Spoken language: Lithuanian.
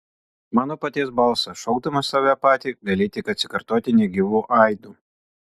mano paties balsas šaukdamas save patį gali tik atsikartoti negyvu aidu